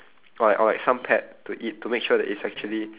or like or like some pet to eat to make sure that it's actually